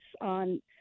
on